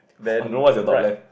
then right